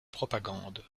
propagande